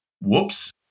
Whoops